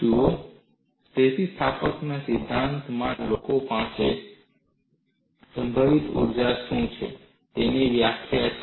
જુઓ સ્થિતિસ્થાપકતાના સિદ્ધાંતમાં લોકો પાસે સંભવિત ઊર્જા શું છે તેની વ્યાખ્યા છે